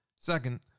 Second